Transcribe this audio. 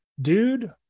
Dude